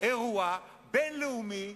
אירוע בין-לאומי